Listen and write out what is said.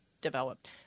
developed